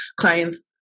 clients